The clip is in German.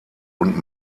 und